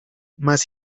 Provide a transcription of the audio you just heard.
más